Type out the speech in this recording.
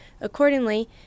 Accordingly